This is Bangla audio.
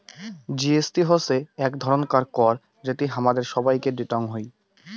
জি.এস.টি হসে এক ধরণকার কর যেটি হামাদের সবাইকে দিতং হই